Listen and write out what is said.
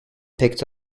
picked